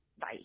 Bye